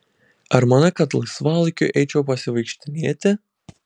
ar manai kad laisvalaikiu eičiau pasivaikštinėti